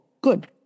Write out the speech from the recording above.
Good